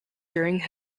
during